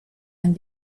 and